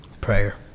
Prayer